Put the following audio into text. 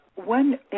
One